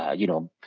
ah you know,